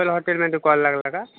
Apple हॉटेलमध्ये call लागला का